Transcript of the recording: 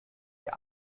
wir